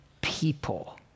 people